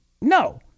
No